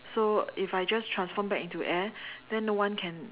so if I just transform back into air then no one can